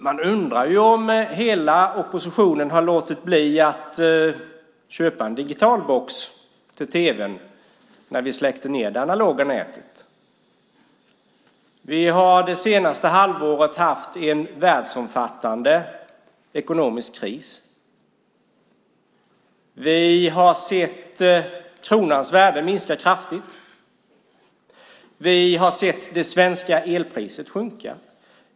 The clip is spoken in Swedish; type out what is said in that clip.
Man kan undra om hela oppositionen låtit bli att köpa en digitalbox till tv:n när det analoga nätet släcktes ned. Under det senaste halvåret har vi haft en världsomfattande ekonomisk kris. Vi har sett kronans värde minska kraftigt. Vi har sett det svenska elpriset sjunka.